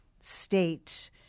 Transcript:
state